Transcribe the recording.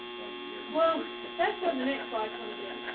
twenty years. well, that's what and the next slide. kind of yeah